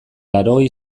laurogei